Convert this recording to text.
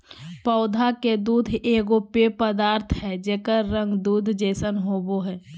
पौधा के दूध एगो पेय पदार्थ हइ जेकर रंग दूध जैसन होबो हइ